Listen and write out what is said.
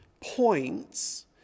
points